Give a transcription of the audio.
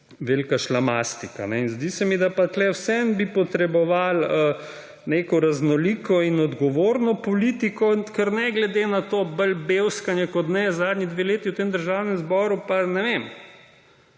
velika šlamastika. Zdi se mi, da bi pa tu vseeno potrebovali neko raznoliko in odgovorno politiko, ker ne glede na to, da je bolj bevskanje kot ne zadnji dve leti v tem državnem zboru, ne vem,